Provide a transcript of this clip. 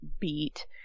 beat